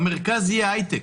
במרכז יהיה הייטק,